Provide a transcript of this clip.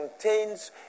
contains